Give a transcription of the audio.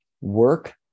work